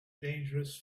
dangerous